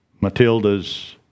Matilda's